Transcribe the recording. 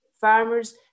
farmers